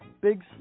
Big